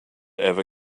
ever